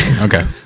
Okay